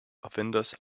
offenders